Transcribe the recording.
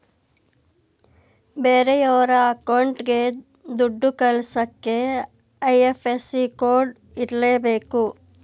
ಬೇರೆಯೋರ ಅಕೌಂಟ್ಗೆ ದುಡ್ಡ ಕಳಿಸಕ್ಕೆ ಐ.ಎಫ್.ಎಸ್.ಸಿ ಕೋಡ್ ಇರರ್ಲೇಬೇಕು